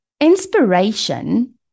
Inspiration